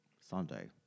Sunday